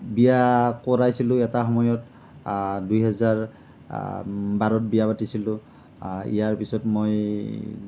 বিয়া কৰাইছিলোঁ এটা সময়ত দুহেজাৰ বাৰত বিয়া পাতিছিলোঁ ইয়াৰ পিছত মই